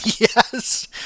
Yes